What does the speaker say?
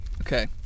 Okay